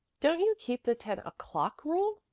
don't you keep the ten o'clock rule?